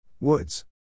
Woods